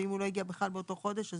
ואם הוא לא הגיע בכלל באותו חודש?